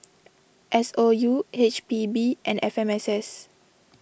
S O U H P B and F M S S